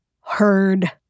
Heard